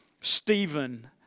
Stephen